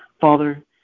Father